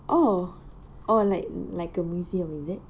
oh oh like like a museum is it